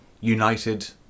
United